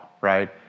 right